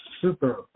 super